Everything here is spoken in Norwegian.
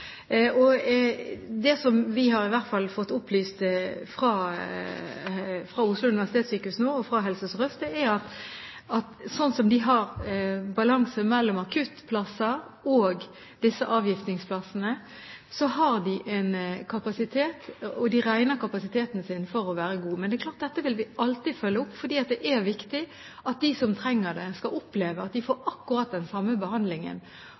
Det som vi i hvert fall har fått opplyst fra Oslo universitetssykehus nå og fra Helse Sør-Øst, er at fordi de har balanse mellom akuttplasser og disse avgiftningsplassene, så har de en kapasitet, og de regner kapasiteten sin for å være god. Men det er klart at dette vil vi alltid følge opp, for det er viktig at de som trenger det, opplever at de får akkurat den samme behandlingen